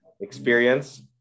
experience